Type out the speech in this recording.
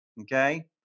okay